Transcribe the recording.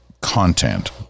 content